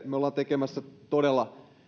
me olemme tekemässä todella